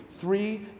three